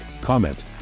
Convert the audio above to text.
comment